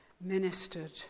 ministered